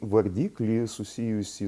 vardiklį susijusi